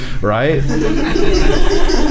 right